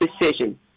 decision